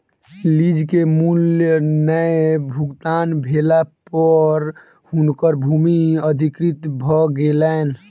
lease के मूल्य नै भुगतान भेला पर हुनकर भूमि अधिकृत भ गेलैन